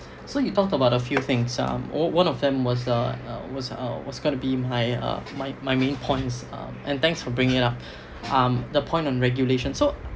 so you talked about a few things um on~ one of them was uh was uh was gonna be my uh my my main points uh and thanks for bringing it up um the point on regulation so